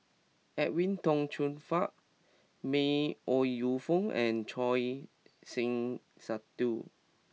Edwin Tong Chun Fai May Ooi Yu Fen and Choor Singh Sidhu